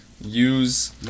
Use